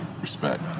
respect